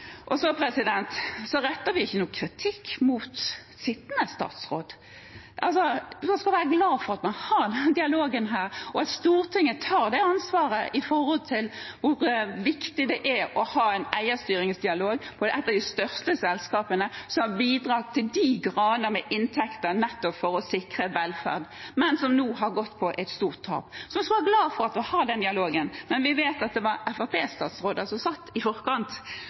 Så retter vi ikke noen kritikk mot sittende statsråd. Altså: Man skal være glad for at vi har denne dialogen, og at Stortinget tar det ansvaret, med tanke på hvor viktig det er å ha en eierstyringsdialog. For det er et av de største selskapene som til de grader har bidratt med inntekter nettopp for å sikre velferd, men som nå har gått på et stort tap. Man skal være glad for at vi har den dialogen. Men vi vet jo at det var Fremskrittsparti-statsråder som satt i forkant,